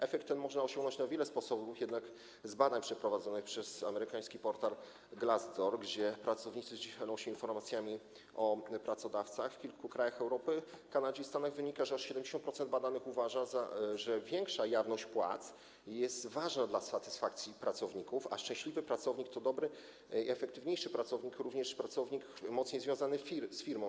Efekt ten można osiągnąć na wiele sposobów, jednak z badań przeprowadzonych przez amerykański portal Glassdoor, gdzie pracownicy dzielą się informacjami o pracodawcach w kilku krajach Europy, w Kanadzie i w Stanach, wynika, że aż 70% badanych uważa, że większa jawność płac jest ważna, jeśli chodzi o satysfakcję pracowników, a szczęśliwy pracownik to dobry i efektywniejszy pracownik, również pracownik mocniej związany z firmą.